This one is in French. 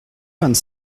vingt